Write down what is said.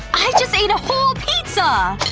i just ate a whole pizza! ooh,